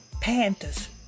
Panthers